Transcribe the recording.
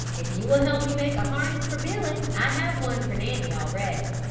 if you will help me make a harness for billy. i have one for nanny already.